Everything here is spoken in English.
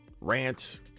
rants